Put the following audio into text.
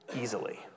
easily